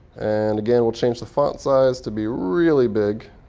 and again, we'll change the font size to be really big